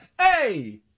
Hey